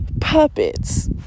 puppets